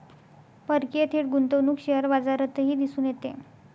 परकीय थेट गुंतवणूक शेअर बाजारातही दिसून येते